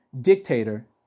dictator